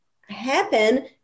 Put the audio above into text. happen